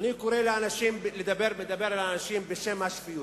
אני מדבר אל האנשים בשם השפיות,